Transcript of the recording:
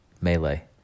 melee